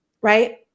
right